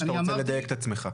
או שאתה רוצה לדייק את עצמך?